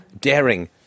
daring